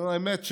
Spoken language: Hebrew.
האמת,